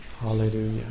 Hallelujah